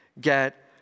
get